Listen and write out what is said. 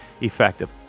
effective